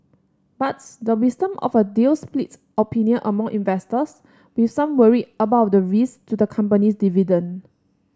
but the wisdom of a deal splits opinion among investors with some worried about the risk to the company's dividend